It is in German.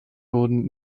wurden